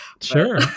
Sure